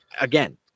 again